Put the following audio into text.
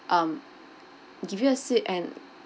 um give you a seat and